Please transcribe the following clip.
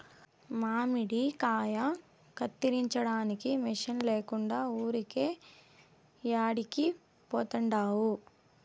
మామిడికాయ కత్తిరించడానికి మిషన్ లేకుండా ఊరికే యాడికి పోతండావు